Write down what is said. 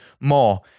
more